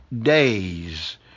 days